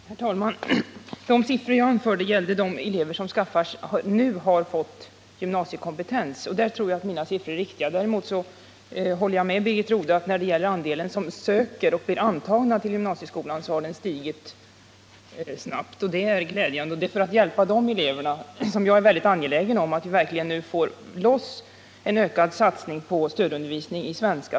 Herr talman! De siffror jag anförde gällde de elever som nu har fått gymnasiekompetens, och där tror jag att mina siffror är riktiga. Däremot håller jag med Birgit Rodhe om att andelen invandrare som söker och blir antagna till gymnasieskolan har stigit snabbt. Det är glädjande. Det är för att hjälpa de eleverna som jag är väldigt angelägen om att vi nu verkligen får en ökad satsning på stödundervisning i svenska.